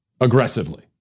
Aggressively